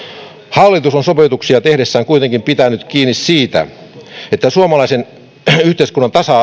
hallitus on sopeutuksia tehdessään kuitenkin pitänyt kiinni siitä että suomalaisen yhteiskunnan tasa